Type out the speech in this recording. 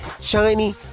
shiny